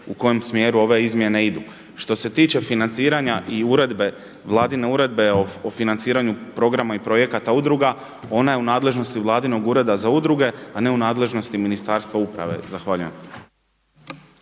u kojem smjeru ove izmjene idu. Što se tiče financiranja i Vladine uredbe o financiranju programa i projekata udruga, ona je u nadležnosti Vladinog Ureda za udruge, a ne u nadležnosti Ministarstva uprave. Zahvaljujem.